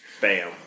Bam